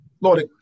Lord